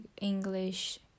english